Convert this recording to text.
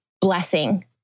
blessing